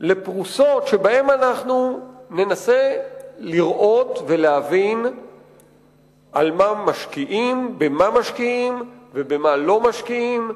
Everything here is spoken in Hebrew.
לפרוסות שבהן אנחנו ננסה לראות ולהבין במה משקיעים ובמה לא משקיעים,